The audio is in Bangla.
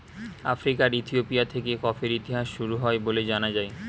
আফ্রিকার ইথিওপিয়া থেকে কফির ইতিহাস শুরু হয় বলে জানা যায়